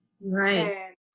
Right